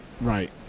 Right